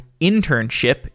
internship